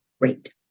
great